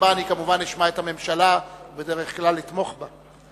שבה אני כמובן אשמע את הממשלה, בדרך כלל לתמוך בה.